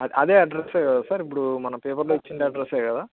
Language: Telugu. అ అదే అడ్రస్ కదా సార్ ఇప్పుడు మన పేపర్లో ఇచ్చిన అడ్రసే కదా